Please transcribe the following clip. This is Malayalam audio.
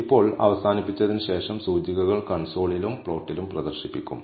ഇപ്പോൾ അവസാനിപ്പിച്ചതിന് ശേഷം സൂചികകൾ കൺസോളിലും പ്ലോട്ടിലും പ്രദർശിപ്പിക്കും